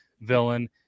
villain